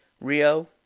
Rio